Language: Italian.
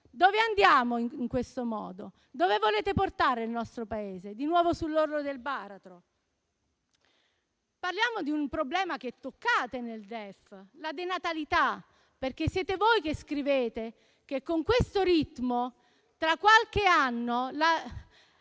Dove andiamo in questo modo? Dove volete portare il Paese? Di nuovo sull'orlo del baratro? Parliamo di un problema che toccate nel DEF, quello della denatalità, perché siete voi che scrivete che con questo ritmo tra qualche anno nel